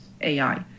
AI